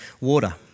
water